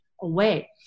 away